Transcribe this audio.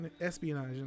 espionage